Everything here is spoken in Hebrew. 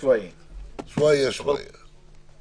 התקיימו שני ימי סיורים יחד עם כלל הגורמים,